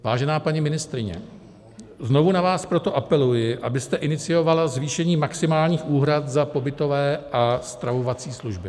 Vážená paní ministryně, znovu na vás proto apeluji, abyste iniciovala zvýšení maximálních úhrad za pobytové a stravovací služby.